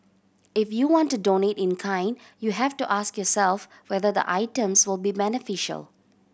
if you want to donate in kind you have to ask yourself whether the items will be beneficial